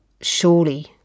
surely